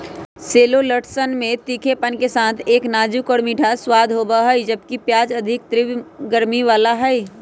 शैलोट्सवन में तीखेपन के साथ एक नाजुक और मीठा स्वाद होबा हई, जबकि प्याज अधिक तीव्र गर्मी लाबा हई